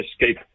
escape